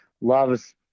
loves